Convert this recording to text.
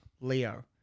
Leo